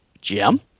jim